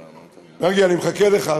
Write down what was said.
מרגי, אני מחכה לך.